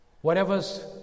Whatever's